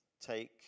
take